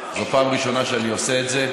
זו הפעם הראשונה שאני עושה את זה.